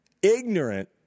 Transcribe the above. ignorant